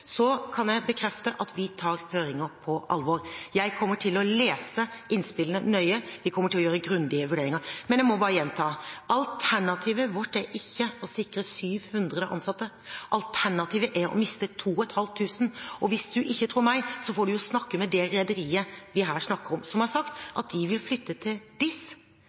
Så kan jeg bekrefte at vi tar høringer på alvor. Jeg kommer til å lese innspillene nøye. Vi kommer til å gjøre grundige vurderinger. Men jeg må bare gjenta: Alternativet vårt er ikke å sikre 700 ansatte. Alternativet er å miste 2 500. Og hvis representanten ikke tror meg, får han jo snakke med det rederiet vi her snakker om, som har sagt at de vil flytte til DIS